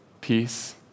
peace